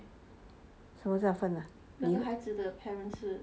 什么叫分的